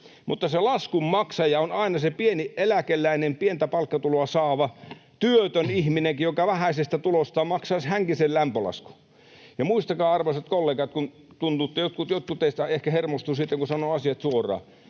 mutta se laskun maksaja on aina se pieni eläkeläinen, pientä palkkatuloa saava työtön ihminen, joka vähäisestä tulostaan maksaisi hänkin sen lämpölaskun. Muistakaa, arvoisat kollegat, kun tuntuu, että jotkut teistä ehkä hermostuvat sitten, kun sanoo asiat suoraan: